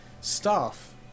staff